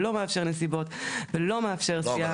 לא מאפשר נסיבות ולא מאפשר שיח.